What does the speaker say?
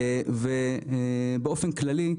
באופן כללי,